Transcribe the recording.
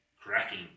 cracking